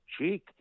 cheek